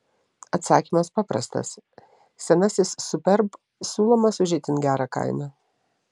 atsakymas paprastas senasis superb siūlomas už itin gerą kainą